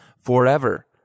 forever